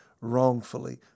wrongfully